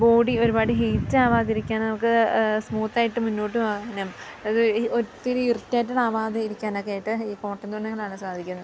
body ഒരുപാട് heat ആകാതിരിക്കാൻ നമുക്ക് സ്മൂത്ത് ആയിട്ട് മുന്നോട്ടുപോകാനും അത് ഈ ഒത്തിരി ഇറിറ്റേറ്റഡ് ആകാതെ ഇരിക്കാനുമൊക്കെയായിട്ട് ഈ കോട്ടൻ തുണികളാണ് സാധിക്കുന്നത്